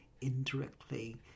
indirectly